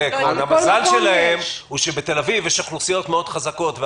המזל שלהם הוא שבתל אביב יש אוכלוסיות חזקות מאוד